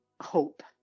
hope